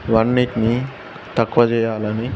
ఇవి అన్నిటిని తక్కువ చేయాలని